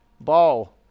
Ball